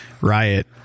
Riot